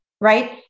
right